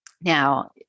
Now